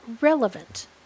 relevant